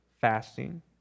fasting